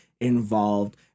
involved